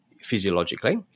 physiologically